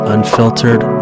Unfiltered